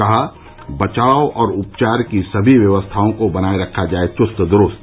कहा बचाव और उपचार की सभी व्यवस्थाओं को बनाए रखा जाय चुस्त दुरुस्त